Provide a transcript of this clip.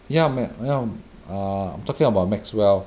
ya ma~ yea~ err talking about maxwell